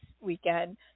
weekend